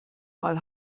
mal